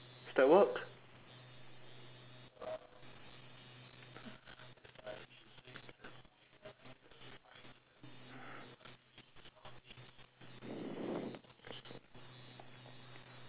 does that work